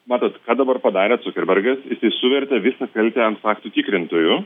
matot ką dabar padarė cukerbergas jisai suvertė visą kaltę ant faktų tikrintojų